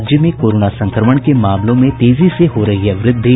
राज्य में कोरोना संक्रमण के मामलों में तेजी से हो रही है वृद्धि